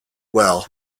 well